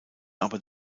aber